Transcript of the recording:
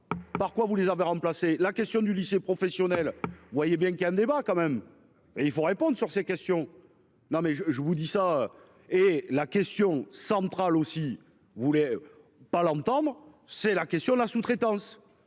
Par quoi vous les avez remplacé la question du lycée professionnel, vous voyez bien qu'il y a un débat quand même et il faut réponde sur ces questions. Non mais je, je vous le dis ça et la question centrale aussi, vous voulez. Pas l'entendre. C'est la question de la sous-traitance.